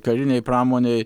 karinei pramonei